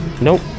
Nope